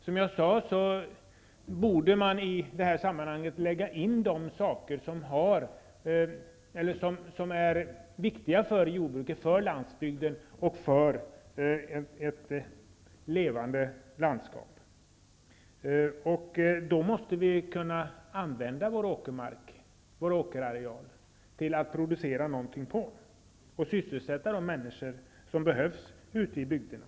Som jag sade, borde man i det här sammanhanget lägga in de saker som är viktiga för jordbruket, för landsbygden och för ett levande landskap. Då måste vi kunna använda vår åkerareal till att producera någonting på och sysselsätta de människor som behövs ute i bygderna.